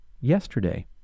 yesterday